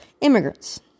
immigrants